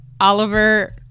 oliver